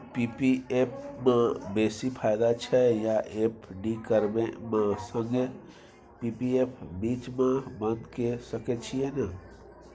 P P F म बेसी फायदा छै या एफ.डी करबै म संगे पी.पी एफ बीच म बन्द के सके छियै न?